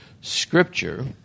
Scripture